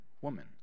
woman